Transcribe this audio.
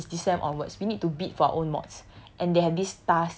from year two onwards which is this sem onwards we need to bid for our own mods